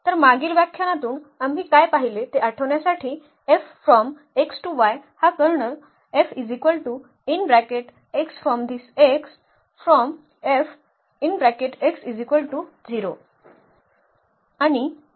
तर मागील व्याख्यानातून आम्ही काय पाहिले ते आठवण्यासाठी हा केर आणि Im